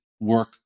work